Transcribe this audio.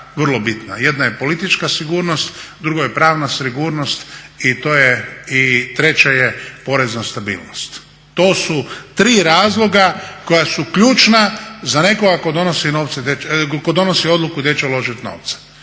Jedna je politička sigurnost, drugo je pravna sigurnost i to je i treće je porezna stabilnost. To su tri razloga koja su ključna za nekoga tko donosi odluku gdje će uložiti novce.